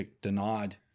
denied